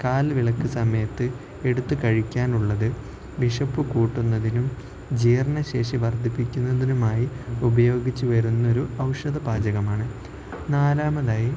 കാൽ വിളക്ക് സമയത്ത് എടുത്ത് കഴിക്കുന്നത് വിശപ്പ് കൂട്ടുന്നതിനും ജീർണശേഷി വർദ്ധിപ്പിക്കുന്നതിനുമായി ഉപയോഗിച്ച് വരുന്നൊരു ഔഷധ പാചകമാണ് നാലാമതായി